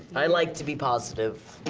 i like to be positive.